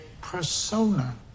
persona